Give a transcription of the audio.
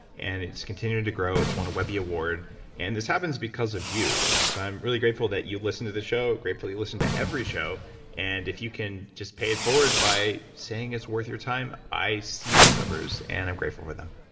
and it's continuing to grow it's won a webby award and this happens because of you, so i'm really grateful that you listen to this show, grateful that you listen to every show and if you can just pay it forward by saying it's worth your time, i see those numbers and i'm grateful for them